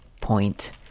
point